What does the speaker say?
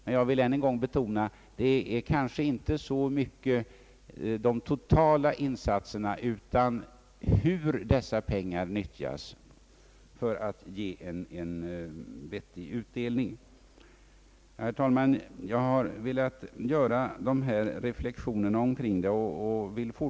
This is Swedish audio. Jag vill dock än en gång betona att det viktiga kanske inte så mycket är de totala insatserna, utan hur dessa pengar utnyttjas för att ge en vettig utdelning. Herr talman! Jag har velat göra dessa reflexioner.